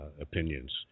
opinions